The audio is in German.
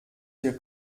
hier